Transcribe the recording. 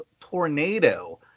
tornado